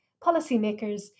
policymakers